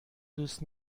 دوست